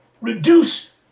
reduce